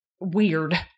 weird